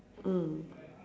mm